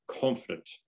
confident